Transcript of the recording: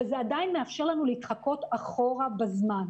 וזה עדיין מאפשר לנו להתחקות אחורה בזמן.